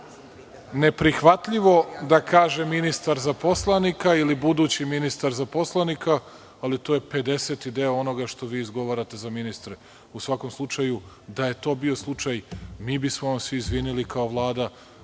neprihvatljivo da kaže ministar za poslanika ili budući ministar za poslanika, ali to je pedeseti deo onoga što vi izgovarao za ministre. U svakom slučaju, da je to bio slučaj, mi bismo vam se izvinili kao Vlada,